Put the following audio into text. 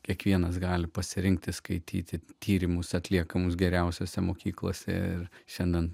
kiekvienas gali pasirinkti skaityti tyrimus atliekamus geriausiose mokyklose ir šiandien